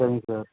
சரிங்க சார்